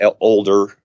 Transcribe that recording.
older